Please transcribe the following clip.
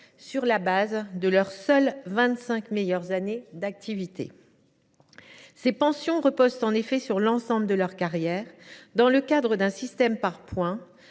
sur la base de leurs seules vingt cinq meilleures années d’activité. Ces pensions reposent actuellement sur l’ensemble de leur carrière, dans le cadre d’un système par points,